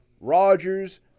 Rogers